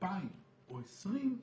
2,000 או 20,